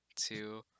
two